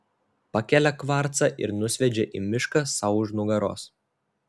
pakelia kvarcą ir nusviedžia į mišką sau už nugaros